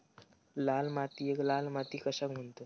लाल मातीयेक लाल माती कशाक म्हणतत?